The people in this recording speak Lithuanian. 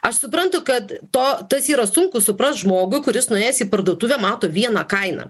aš suprantu kad to tas yra sunku suprast žmogų kuris nuėjęs į parduotuvę mato vieną kainą